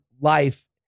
life